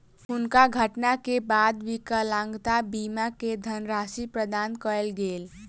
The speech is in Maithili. हुनका दुर्घटना के बाद विकलांगता बीमा के धनराशि प्रदान कयल गेल